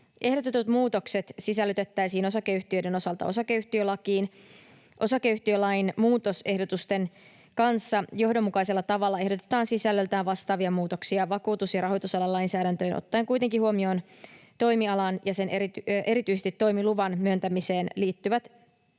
Ehdotetut muutokset sisällytettäisiin osakeyhtiöiden osalta osakeyhtiölakiin. Osakeyhtiölain muutosehdotusten kanssa johdonmukaisella tavalla ehdotetaan sisällöltään vastaavia muutoksia vakuutus- ja rahoitusalan lainsäädäntöön ottaen kuitenkin huomioon toimialaan ja erityisesti toimiluvan myöntämiseen liittyvät